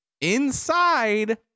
inside